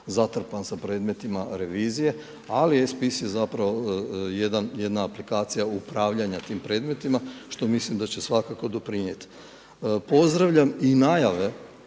zatrpan sa predmetima revizije, ali eSpis je jedna aplikacija upravljanja tim predmetima, što mislim da će svakako doprinijeti. Pozdravljam i najave